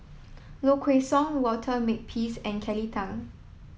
Low Kway Song Walter Makepeace and Kelly Tang